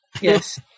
Yes